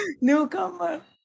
Newcomer